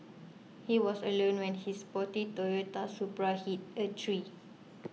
he was alone when his sporty Toyota Supra hit a tree